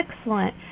Excellent